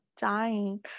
dying